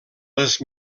les